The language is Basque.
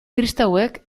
kristauek